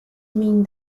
meant